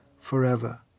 forever